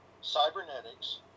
cybernetics